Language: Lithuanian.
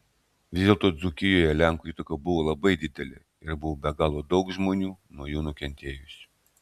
vis dėlto dzūkijoje lenkų įtaka buvo labai didelė ir buvo be galo daug žmonių nuo jų nukentėjusių